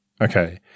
Okay